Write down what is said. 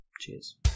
Cheers